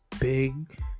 big